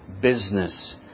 business